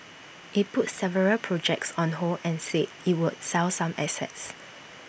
IT put several projects on hold and said IT would sell some assets